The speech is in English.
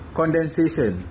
condensation